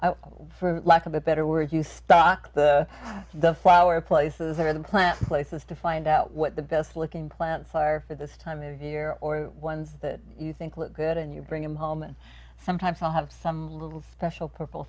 s for lack of a better word you stock the the flower places or the plant places to find out what the best looking plants are for this time of year or ones that you think look good and you bring him home and sometimes to have some little special purple